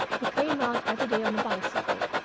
who came out every day on a bicycle,